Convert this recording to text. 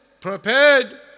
prepared